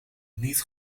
niet